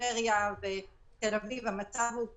טבריה ותל אביב המצב הוא קטסטרופלי.